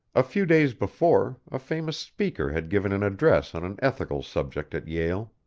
a few days before a famous speaker had given an address on an ethical subject at yale.